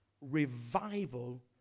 revival